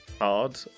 hard